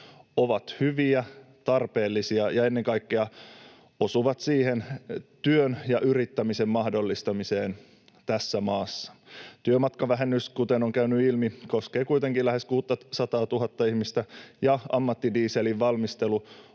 ovat hyviä ja tarpeellisia ja ennen kaikkea osuvat työn ja yrittämisen mahdollistamiseen tässä maassa. Työmatkavähennys, kuten on käynyt ilmi, koskee kuitenkin lähes 600 000:ta ihmistä, ja ammattidieselin valmistelu